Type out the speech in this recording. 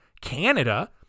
Canada